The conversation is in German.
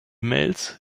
mails